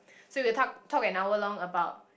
so you will talk talk an hour long about